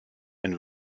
and